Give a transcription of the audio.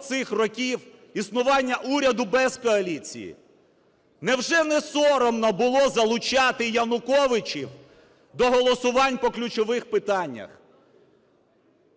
цих років існування уряду без коаліції? Невже не соромно було залучати Януковичів до голосувань по ключових питаннях.